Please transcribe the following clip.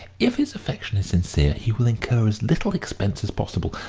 if his affection is sincere, he will incur as little expense as possible,